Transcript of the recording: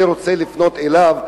אני רוצה לפנות אליו,